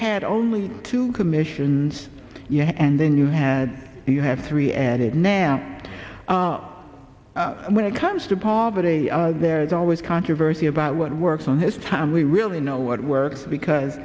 had only two commissions and then you had you have three added now and when it comes to poverty there's always controversy about what works on this time we really know what works because